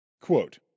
Quote